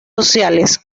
sociales